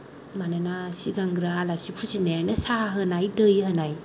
मानोना सिगांग्रो आलासि फुजिनायानो साहा होनाय दै होनाय